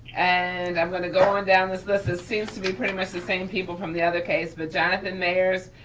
and i'm going to go on down this list. it seems to be pretty much the same people from the other case, but jonathan meyer's,